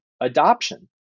adoption